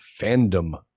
Fandom